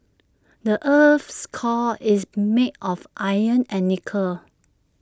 the Earth's core is made of iron and nickel